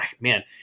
man